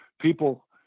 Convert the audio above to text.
people